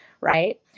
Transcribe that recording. right